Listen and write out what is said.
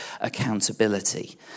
accountability